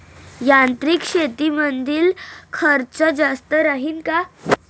यांत्रिक शेतीमंदील खर्च जास्त राहीन का?